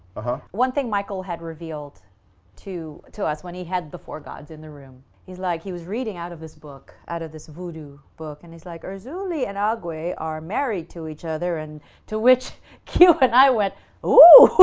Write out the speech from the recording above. uh-huh one thing michael had revealed to to us when he had the four gods in the room. he's like he was reading out of this book, out of this voodoo book, and he's like erzuli and agwe are married to each other and to which q and i went oh!